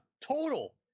total